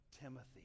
Timothy